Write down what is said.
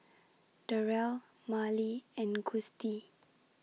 Darell Marlee and Gustie